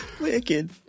Wicked